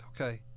okay